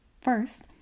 First